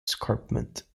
escarpment